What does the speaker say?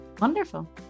Wonderful